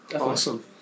Awesome